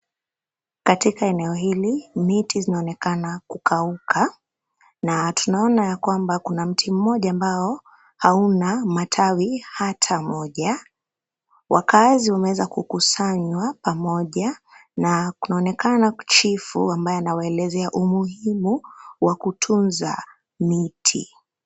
Katika eneo hili, miti zinaonekana kukauka. Na tunaona ya kwamba kuna mti mmoja ambao, hauna matawi hata moja. Wakazi wameweza kukusanywa pamoja, na kunaonekana chifu ambaye anawaelezea umuhimu wa kutunza miti.